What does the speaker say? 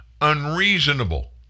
unreasonable